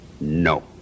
no